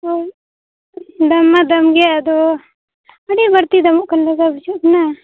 ᱚ ᱫᱟᱢ ᱢᱟ ᱫᱟᱢ ᱜᱮᱭᱟ ᱟᱫᱚ ᱟᱹᱰᱤ ᱵᱟᱹᱲᱛᱤ ᱫᱟᱢᱚᱜ ᱠᱟᱱ ᱞᱮᱠᱟ ᱵᱩᱡᱩᱜ ᱠᱟᱱᱟ